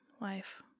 life